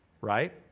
right